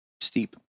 steep